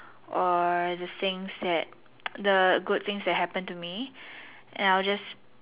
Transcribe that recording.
or the things that the good things that happen to me and I'll just